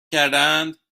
کردهاند